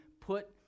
put